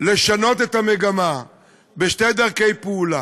לשנות את המגמה בשתי דרכי פעולה: